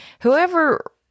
Whoever